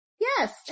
yes